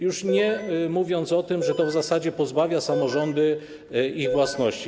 Już nie mówiąc o tym, że to w zasadzie pozbawia samorządy ich własności.